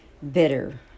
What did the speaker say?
bitter